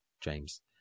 James